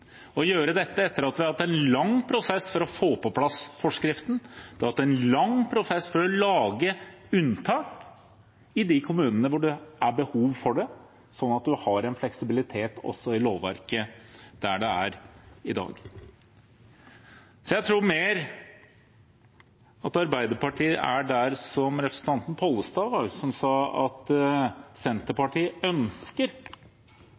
Dette gjøres etter at vi har hatt en lang prosess for å få på plass forskriften, en lang prosess for å lage unntak i de kommunene hvor det er behov for det, slik at man har en fleksibilitet også i lovverket der det er i dag. Jeg tror mer at Arbeiderpartiet er der hvor representanten Pollestad var, han som sa at